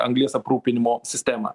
anglies aprūpinimo sistemą